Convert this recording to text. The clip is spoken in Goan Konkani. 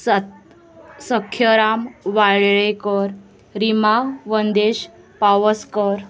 सत सख्यराम वाळ्ळेकर रिमा वंदेश पावसकर